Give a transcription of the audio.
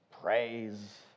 praise